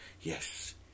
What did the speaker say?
Yes